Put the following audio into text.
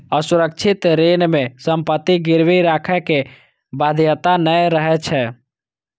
असुरक्षित ऋण मे संपत्ति गिरवी राखै के बाध्यता नै रहै छै